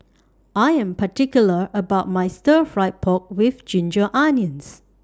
I Am particular about My Stir Fried Pork with Ginger Onions